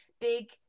big